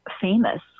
famous